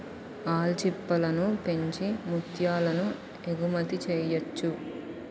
ఆల్చిప్పలను పెంచి ముత్యాలను ఎగుమతి చెయ్యొచ్చు